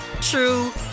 true